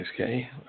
Okay